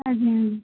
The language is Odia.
ହୁଁ ହୁଁ